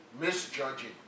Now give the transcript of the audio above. misjudging